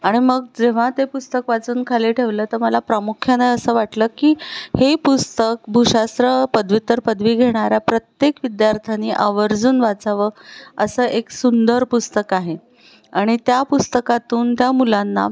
आणि मग जेव्हा ते पुस्तक वाचून खाली ठेवलं तर मला प्रामुख्यानं असं वाटलं की हे पुस्तक भूशास्त्र पदव्युत्तर पदवी घेणाऱ्या प्रत्येक विद्यार्थ्यांने आवर्जून वाचावं असं एक सुंदर पुस्तक आहे आणि त्या पुस्तकातून त्या मुलांना